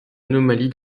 anomalie